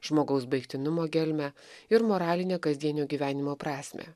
žmogaus baigtinumo gelmę ir moralinę kasdienio gyvenimo prasmę